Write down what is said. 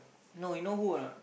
no you know who or not